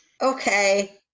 okay